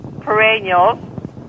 perennials